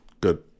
good